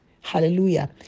hallelujah